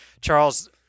Charles